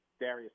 Darius